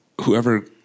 whoever